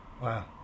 wow